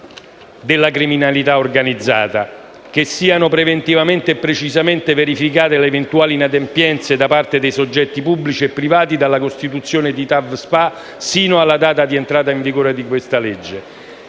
della criminalità organizzata; che siano preventivamente e precisamente verificate le eventuali inadempienze da parte dei soggetti pubblici e privati, dalla costituzione di TAV SpA sino alla data di entrata in vigore di questa legge;